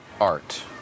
art